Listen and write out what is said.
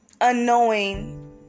unknowing